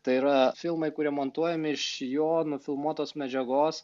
tai yra filmai kurie montuojami iš jo nufilmuotos medžiagos